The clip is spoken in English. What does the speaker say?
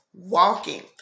walking